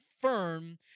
firm